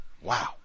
Wow